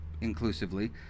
inclusively